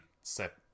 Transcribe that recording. set